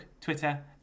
Twitter